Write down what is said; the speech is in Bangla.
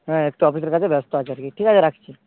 হ্যাঁ একটু অফিসের কাজে ব্যস্ত আছি আর কি ঠিক আছে রাখছি